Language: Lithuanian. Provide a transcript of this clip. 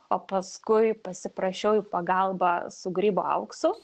o paskui pasiprašiau į pagalbą su grybo auksu